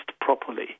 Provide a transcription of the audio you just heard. properly